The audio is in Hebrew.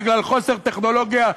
בגלל חוסר טכנולוגיה,